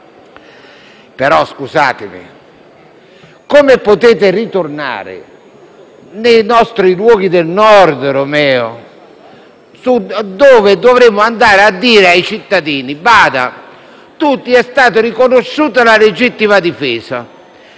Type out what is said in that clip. Però, scusatemi, come potete ritornare nei nostri luoghi del Nord, senatore Romeo, dove dovremo andare a dire ai cittadini che è stata riconosciuta la legittima difesa,